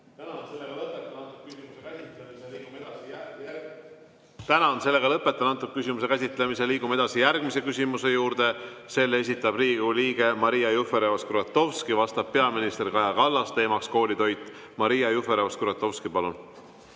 Tänan! Lõpetan selle küsimuse käsitlemise. Liigume edasi järgmise küsimuse juurde. Selle esitab Riigikogu liige Maria Jufereva-Skuratovski, vastab peaminister Kaja Kallas, teema on koolitoit. Maria Jufereva-Skuratovski, palun!